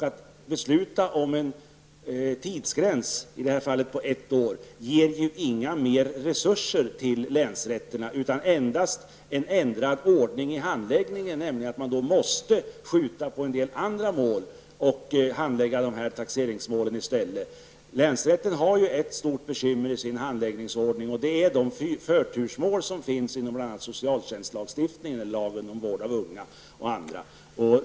Att besluta om en tidsgräns -- i detta fall på ett år -- ger inga ytterligare resurser till länsrätterna utan endast ändrad ordning av handläggningen så att man måste skjuta på en del andra mål för att handlägga taxeringsmålen. Länsrätten har ett stort bekymmer i sin handläggningsordning. Det är de förtursmål som finns bl.a. inom socialtjänstlagstiftningen, t.ex. lagen om vård av unga.